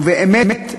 ובאמת,